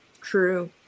true